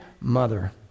mother